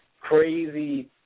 crazy